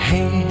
Hey